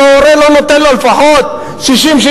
אם ההורה לא נותן לו לפחות 70%-60%,